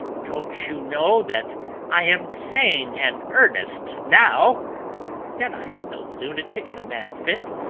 don't you know that i am sane and earnest now that i am no lunatic in a mad fit,